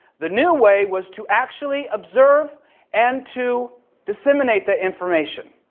the new way was to actually observe and to disseminate the information.